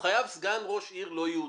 הוא חייב סגן ראש עיר לא יהודי.